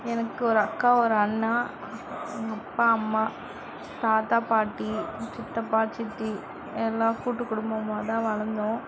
எனக்கு ஒரு அக்கா ஒரு அண்ணா அப்பா அம்மா தாத்தா பாட்டி சித்தப்பா சித்தி எல்லாம் கூட்டுகுடும்பமாக தான் வளர்ந்தோம்